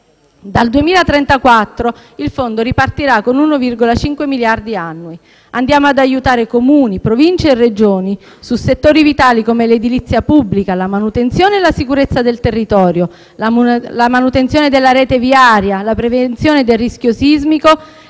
Dal 2034 il fondo ripartirà con 1,5 miliardi annui. Andiamo ad aiutare Comuni, Province e Regioni su settori vitali come l'edilizia pubblica, la manutenzione e la sicurezza del territorio, la manutenzione della rete viaria, la prevenzione del rischio sismico